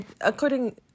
according